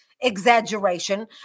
exaggeration